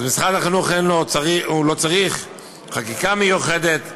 אז משרד החינוך לא צריך חקיקה מיוחדת,